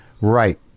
right